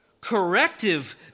Corrective